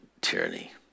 tyranny